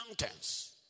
mountains